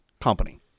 company